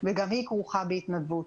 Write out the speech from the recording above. וגם היא כרוכה בהתנדבות.